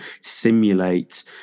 simulate